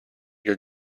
your